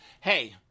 Hey